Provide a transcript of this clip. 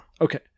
Okay